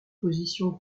position